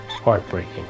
Heartbreaking